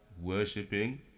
worshipping